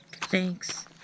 Thanks